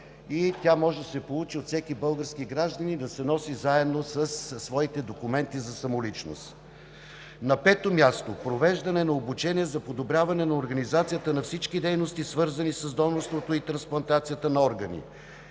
тя може да се получи от всеки български гражданин, да се носи заедно с документите за самоличност; 5. провеждане на обучение за подобряване на организацията на всички дейности, свързани с донорството и трансплантацията на органи;